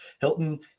Hilton